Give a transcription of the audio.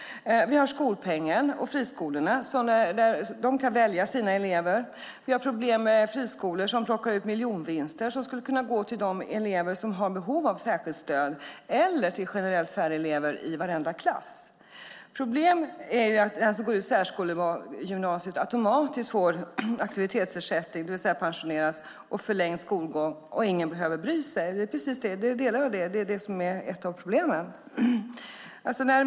Vi har skolpengen och friskolorna. De kan välja sina elever. Vi har problem med friskolor som plockar ut miljonvinster. De vinsterna skulle kunna gå till de elever som har behov av särskilt stöd eller användas så att det blir generellt färre elever i varenda klass. Ett problem är att den som går ut särskolegymnasiet automatiskt får aktivitetsersättning, det vill säga pensioneras, och förlängd skolgång. Och ingen behöver bry sig. Jag delar uppfattningen att det är ett av problemen.